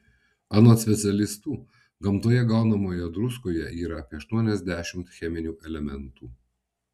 anot specialistų gamtoje gaunamoje druskoje yra apie aštuoniasdešimt cheminių elementų